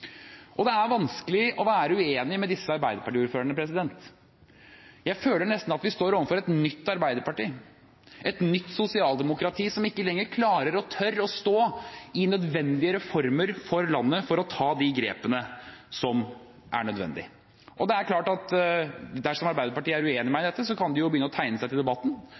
tradisjonen.» Det er vanskelig å være uenig med disse Arbeiderparti-ordførerne. Jeg føler nesten at vi står overfor et nytt Arbeiderparti, et nytt sosialdemokrati, som ikke lenger klarer og tør å stå i nødvendige reformer for landet for å ta de grepene som er nødvendig. Dersom Arbeiderpartiet er uenig med meg i dette, kan de begynne å tegne seg til debatten